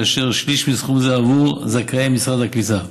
כאשר שליש מסכום זה עבור זכאי משרד הקליטה,